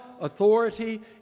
authority